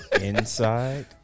Inside